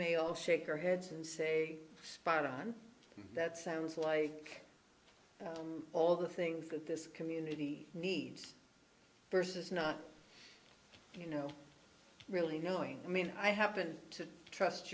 all shake our heads and say spot on that sounds like all the things that this community needs versus not you know really knowing i mean i happen to trust